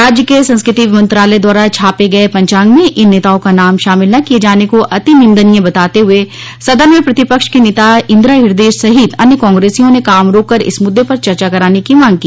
राज्य के संस्कृति मंत्रालय द्वारा छापे गये पंचांग में इन नेताओं का नाम शामिल न किये जाने को निंदनीय बताते हुए सदन में प्रतिपक्ष की नेता इंदिरा ह्रदयेश सहित अन्य कांग्रेसियों ने काम रोककर इस मुद्दे पर चर्चा कराने की मांग की